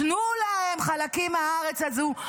תנו להם חלקים מהארץ הזאת,